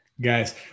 Guys